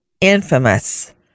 infamous